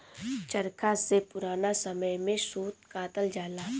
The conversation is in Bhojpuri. चरखा से पुरान समय में सूत कातल जाला